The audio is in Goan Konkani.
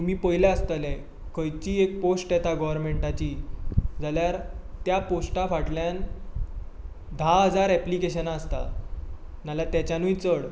तुमी पळयलां आसतलें खंयचीय एक पॉस्ट येता गोवर्नमेंटाची जाल्यार त्या पोस्टा फाटल्यान धा हजार एप्लीकेशनां आसतात नाजाल्यार तेंच्यानूय चड